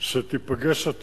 שאתה תיפגש.